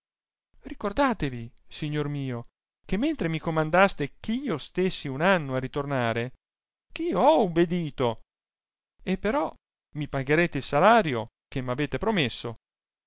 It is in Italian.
ricordatevi signor mio che mentre mi comandaste ch'io stessi un anno a ritornare che io ho ubbidito e però mi juigherete il salario che m'avete promesso